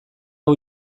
hau